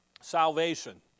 Salvation